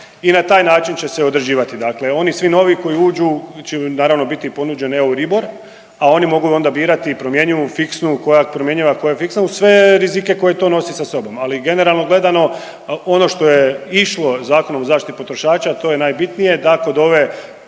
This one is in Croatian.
i na taj način će se određivati, dakle oni svi novi koji uđu će naravno bit im ponuđen Euribor, a oni mogu onda birati promjenjivu i fiksnu, koja je promjenjiva, koja je fiksna, uz sve rizike koji to nose sa sobom, ali generalno gledano ono što je išlo Zakonom o zaštiti potrošača to je najbitnije da kod ove